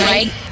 Right